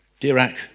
Dirac